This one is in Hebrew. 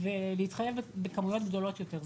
ולהתחייב בכמויות גדולות יותר.